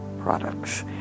products